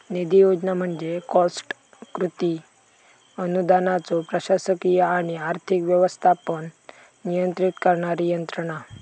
निधी योजना म्हणजे कॉस्ट कृती अनुदानाचो प्रशासकीय आणि आर्थिक व्यवस्थापन नियंत्रित करणारी यंत्रणा